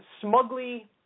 smugly